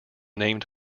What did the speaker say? named